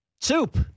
soup